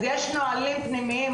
אז יש נהלים פנימיים.